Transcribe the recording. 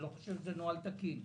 אני לא חושב שזה נוהל תקין.